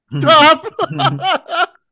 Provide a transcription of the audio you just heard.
Top